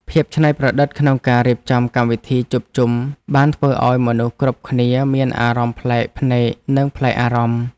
ភាពច្នៃប្រឌិតក្នុងការរៀបចំកម្មវិធីជួបជុំបានធ្វើឱ្យមនុស្សគ្រប់គ្នាមានអារម្មណ៍ប្លែកភ្នែកនិងប្លែកអារម្មណ៍។